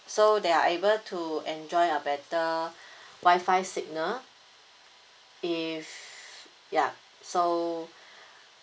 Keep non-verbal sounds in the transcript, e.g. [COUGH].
so they are able to enjoy a better [BREATH] WI-FI signal if ya so